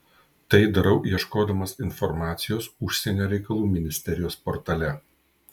tai darau ieškodamas informacijos užsienio reikalų ministerijos portale